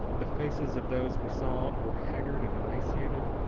the faces of those we saw were haggard and emaciated.